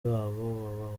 babo